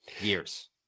years